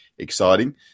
Exciting